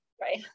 Right